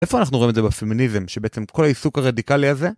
איפה אנחנו רואים את זה בפמיניזם, שבעצם כל העיסוק הרדיקלי הזה?